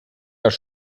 das